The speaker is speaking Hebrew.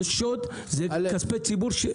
זה שוד כספי ציבור.